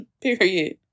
Period